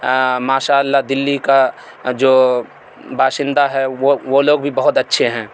ماشاء اللہ دلی کا جو باشندہ ہے وہ وہ لوگ بھی بہت اچھے ہیں